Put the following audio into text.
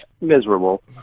miserable